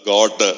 God